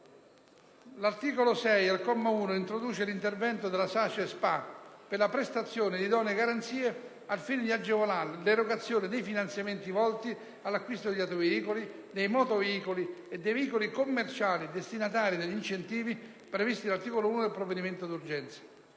L'articolo 6, al comma 1, introduce l'intervento della SACE S.p.A. per la prestazione di idonee garanzie al fine di agevolare l'erogazione dei finanziamenti volti all'acquisto degli autoveicoli, dei motoveicoli e dei veicoli commerciali destinatari degli incentivi previsti dall'articolo 1 del provvedimento d'urgenza.